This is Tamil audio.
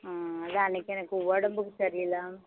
ம் ஆ அதுதான் அன்றைக்கி எனக்கு உடம்புக்கு சரியில்லை